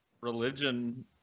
religion